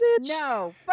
No